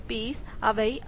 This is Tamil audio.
பிக்கள் அவை ஐ